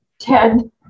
Ted